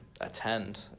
attend